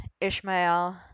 Ishmael